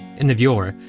in the viewer,